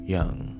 Young